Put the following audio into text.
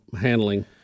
handling